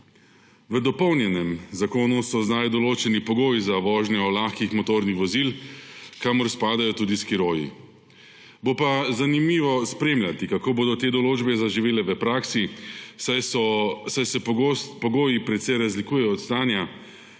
V dopolnjenem zakonu so zdaj določeni pogoji za vožnjo lahkih motornih vozil, kamor spadajo tudi skiroji. Bo pa zanimivo spremljati, kako bodo te določbe zaživele v praksi, saj se pogoji precej razlikujejo od stanja,